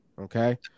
Okay